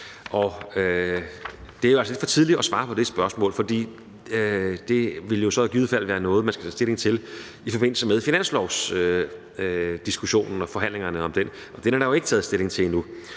altså lidt for tidligt at svare på det spørgsmål, fordi det så i givet fald ville være noget, man skal tage stilling til i forbindelse med finanslovsdiskussionen og forhandlingerne om den, og den er der jo ikke taget stilling til endnu.